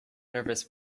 nervous